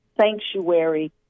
sanctuary